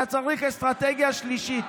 אתה צריך אסטרטגיה שלישית.